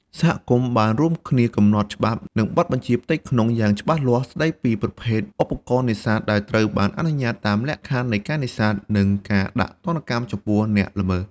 សហគមន៍បានរួមគ្នាកំណត់ច្បាប់ និងបទបញ្ជាផ្ទៃក្នុង យ៉ាងច្បាស់លាស់ស្ដីពីប្រភេទឧបករណ៍នេសាទដែលត្រូវបានអនុញ្ញាតតាមលក្ខខណ្ឌនៃការនេសាទ និងការដាក់ទណ្ឌកម្មចំពោះអ្នកល្មើស។